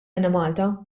enemalta